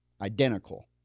identical